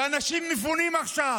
כשאנשים מפונים עכשיו,